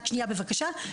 רק שנייה, בבקשה.